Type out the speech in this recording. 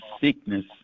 sickness